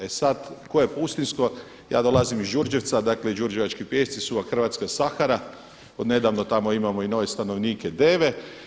E sada koje pustinjsko, ja dolazim iz Đurđevca, dakle Đurđevački pijesci su hrvatska Sahara, od nedavno tamo imamo i nove stanovnike deve.